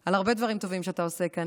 על הרבה דברים טובים שאתה עושה כאן.